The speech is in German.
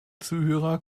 zuhörer